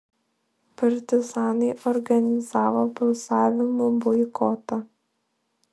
partizanai organizavo balsavimų boikotą